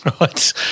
right